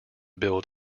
build